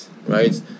right